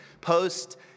Post